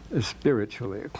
spiritually